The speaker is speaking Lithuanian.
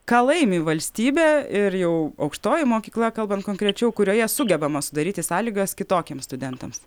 ką laimi valstybė ir jau aukštoji mokykla kalbant konkrečiau kurioje sugebama sudaryti sąlygas kitokiems studentams